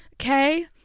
okay